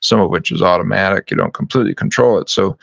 some of which is automatic, you don't completely control it. so